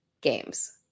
games